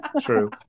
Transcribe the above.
true